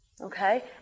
Okay